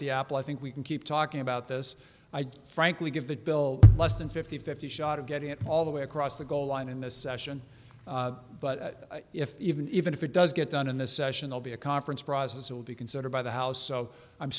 apple i think we can keep talking about this idea frankly give that bill less than fifty fifty shot of getting it all the way across the goal line in this session but if even even if it does get done in the session they'll be a conference process will be considered by the house so i'm